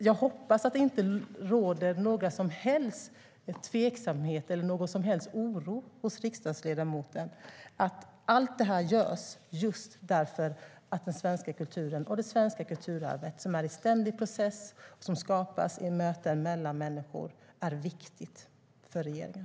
Jag hoppas att det inte råder några som helst tveksamheter eller finns någon som helst oro hos riksdagsledamoten när det gäller att allt det här görs just därför att den svenska kulturen och det svenska kulturarvet, som är i en ständig process och skapas i möten mellan människor, är viktiga för regeringen.